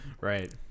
Right